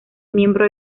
miembro